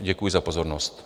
Děkuji za pozornost.